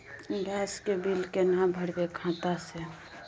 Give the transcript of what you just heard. Gas के bill केना भरबै खाता से?